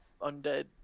undead